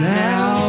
now